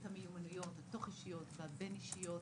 המיומנויות התוך אישיות והבין אישיות,